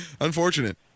Unfortunate